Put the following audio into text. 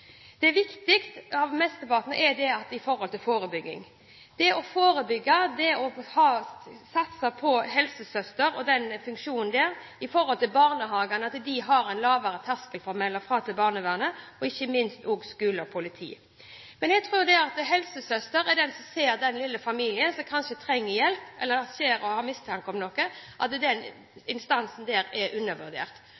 Det er viktig at mesteparten er i forhold til forebygging – det å satse på at helsesøster, den funksjonen, og barnehager har en lavere terskel for å melde fra til barnevernet og ikke minst til skole og politi. Men jeg tror at helsesøster, som ser den lille familien som kanskje trenger hjelp, eller har mistanke om noe, er en undervurdert instans. Det er bekymringsfullt når du ser at